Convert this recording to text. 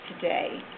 today